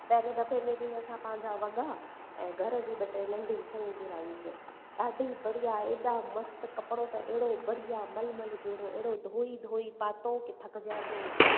पहिरें दफ़े में बि असां पंहिंजा वॻा ऐं घर जी ॿ टे नंढी शयूं घुरायूंसी ॾाढी बढ़िया अहिड़ा मस्त कपड़ो त अहिड़ो बढ़िया मलमल जहिड़ो अहिड़ो धोई धोई पातो की थकिजियासीं न